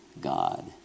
God